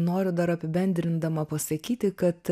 noriu dar apibendrindama pasakyti kad